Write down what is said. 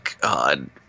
God